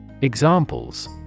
Examples